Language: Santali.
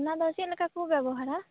ᱚᱱᱟᱫᱚ ᱪᱮᱫ ᱞᱮᱠᱟ ᱠᱚ ᱵᱮᱵᱚᱦᱟᱨᱟ